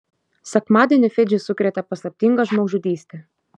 sekmadienį fidžį sukrėtė paslaptinga žmogžudystė